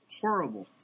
horrible